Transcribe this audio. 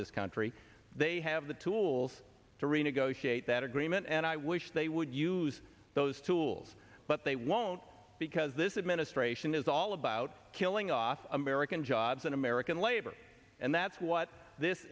this country they have the tools to renegotiate that agreement and i wish they would use those tools but they won't because this administration is all about killing off american jobs and american labor and that's what this